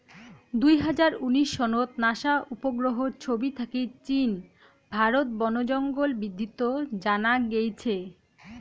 দুই হাজার উনিশ সনত নাসা উপগ্রহর ছবি থাকি চীন, ভারত বনজঙ্গল বিদ্ধিত জানা গেইছে